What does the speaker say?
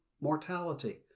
mortality